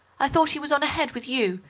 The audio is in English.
i thought he was on ahead with you,